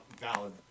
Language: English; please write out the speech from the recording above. valid